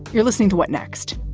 you're listening to what next?